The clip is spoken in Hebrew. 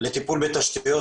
לטיפול בתשתיות.